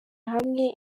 hamwe